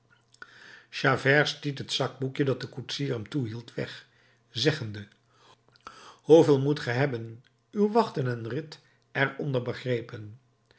stiet het zakboekje dat de koetsier hem toehield weg zeggende hoeveel moet ge hebben uw wachten en rit er onder begrepen